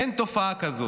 אין תופעה כזאת,